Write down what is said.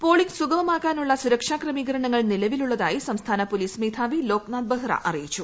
polling സുഗമമാക്കാനുള്ള സുരക്ഷ ക്രമീക്കൂരണ്ങൾ നിലവിലുള്ളതായി സംസ്ഥാന പോലീസ് മേധാവ്വി ്ലോക്നാഥ് ബെഹ്റ അറിയിച്ചു